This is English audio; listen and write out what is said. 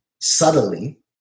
subtly